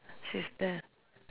she's there